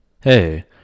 Hey